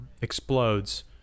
explodes